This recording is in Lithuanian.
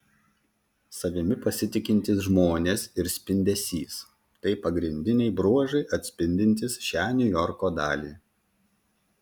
savimi pasitikintys žmonės ir spindesys tai pagrindiniai bruožai atspindintys šią niujorko dalį